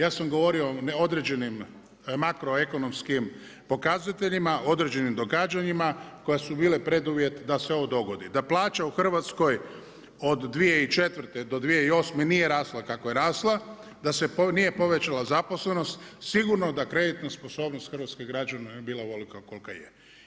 Ja sam govorio o određenim makroekonomskim pokazateljima, određenim događanjima koja su bile preduvjet da se ovo dogodi, da plaća u Hrvatskoj od 2004. do 2008. nije rasla kako je rasla, da se nije povećala zaposlenost sigurno da kreditna sposobnost hrvatskim građanima ne bila ovolika kolika je.